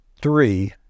three